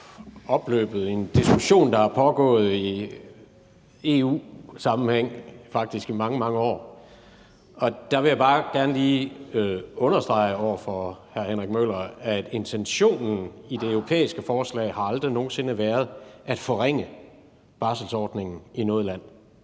er jo en diskussion, der har pågået i EU-sammenhæng faktisk i mange, mange år. Og der vil jeg bare gerne lige understrege over for hr. Henrik Møller, at intentionen i det europæiske forslag aldrig nogen sinde har været at forringe barselsordningen i noget land.